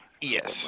Yes